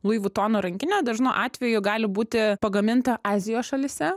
lui vutono rankinė dažnu atveju gali būti pagaminta azijos šalyse